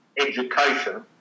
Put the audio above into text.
education